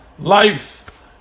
Life